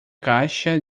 caixa